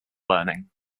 learning